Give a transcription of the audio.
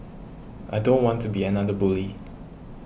I don't want to be another bully